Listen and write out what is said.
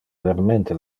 vermente